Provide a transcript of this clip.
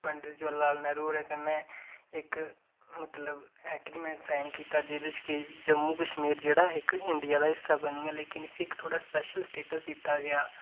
पड़ित जवाहर लाल नैह्रू होरें कन्नै इक मतलब इक मतलब कि ऐगरीमैंट साइन कीते जेह्दे च केह् जम्मू कश्मीर जेह्ड़ा इक इंडिया दा इक हिस्सा बनी आ लेकिन इसी इक स्पैशल सटेटस दित्ता गेआ